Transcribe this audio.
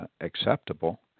acceptable